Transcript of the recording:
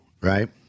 right